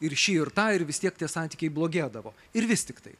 ir šį ir tą ir vis tiek tie santykiai blogėdavo ir vis tiktai